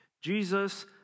Jesus